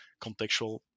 contextual